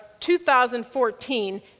2014